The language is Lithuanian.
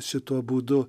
šituo būdu